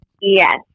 Yes